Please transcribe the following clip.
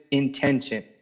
intention